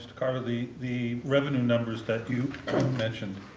carter, the the revenue numbers that you mentioned,